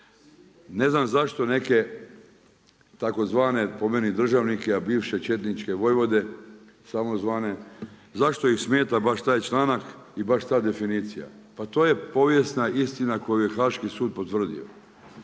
Ne znam zašto neke tzv. po meni državnike a bivše četničke vojvode samozvane, zašto ih smeta baš taj članak i baš ta definicija. Pa to je povijesna istina koju je Haški sud potvrdio.